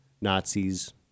Nazis